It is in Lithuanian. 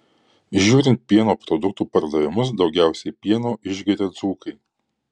žiūrint pieno produktų pardavimus daugiausiai pieno išgeria dzūkai